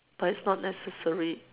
but it's not necessary